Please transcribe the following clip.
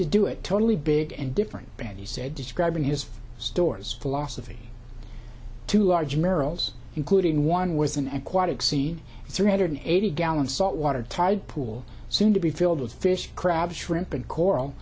to do it totally big and different brand he said describing his store's philosophy to large merrill's including one with an aquatic scene three hundred eighty gallon salt water tide pool soon to be filled with fish crab shrimp and coral